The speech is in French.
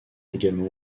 également